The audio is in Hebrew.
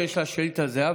שיש לה שאילתה זהה,